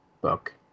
book